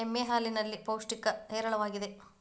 ಎಮ್ಮೆ ಹಾಲಿನಲ್ಲಿ ಪೌಷ್ಟಿಕಾಂಶ ಹೇರಳವಾಗಿದೆ